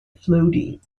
flooding